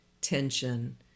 tension